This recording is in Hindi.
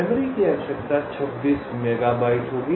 मेमोरी की आवश्यकता 26 मेगाबाइट होगी